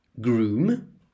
Groom